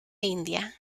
india